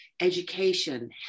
education